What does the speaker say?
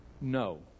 no